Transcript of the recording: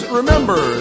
remember